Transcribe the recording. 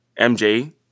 MJ